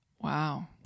Wow